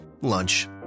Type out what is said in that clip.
Lunch